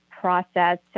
process